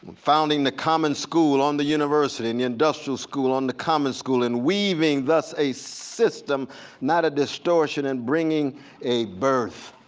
founding the common school on the university and the industrial school on the common school, and weaving thus a system not a distortion, and bringing a birth